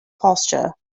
posture